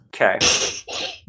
Okay